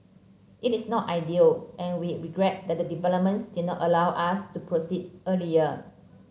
it is not ideal and we regret that the developments did not allow us to proceed earlier